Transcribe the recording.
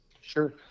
Sure